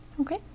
Okay